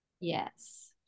Yes